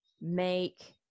make